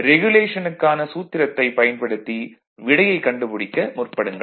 ரெகுலேஷனுக்கான சூத்திரத்தைப் பயன்படுத்தி விடையைக் கண்டுபிடிக்க முற்படுங்கள்